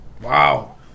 Wow